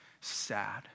Sad